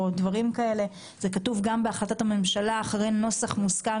זה כתוב גם בהחלטת הממשלה אחרי נוסח מוסכם